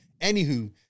Anywho